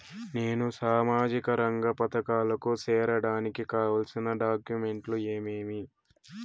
నేను సామాజిక రంగ పథకాలకు సేరడానికి కావాల్సిన డాక్యుమెంట్లు ఏమేమీ?